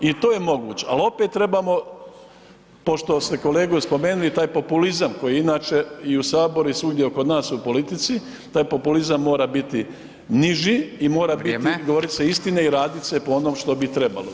I to je moguće, ali opet trebamo pošto ste kolegu spomenuli, taj populizam koji je inače i u saboru i svugdje oko u politici, taj populizam mora biti niži [[Upadica: Vrijeme.]] i mora biti, govorit se istine i radit se po onom što bi trebalo.